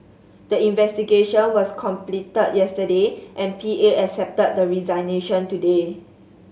the investigation was completed yesterday and P A accepted the resignation today